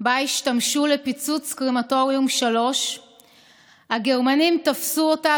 שבו השתמשו לפיצוץ קרמטוריום 3. הגרמנים תפסו אותה